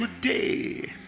today